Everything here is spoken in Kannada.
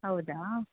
ಹೌದಾ